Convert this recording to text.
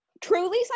truly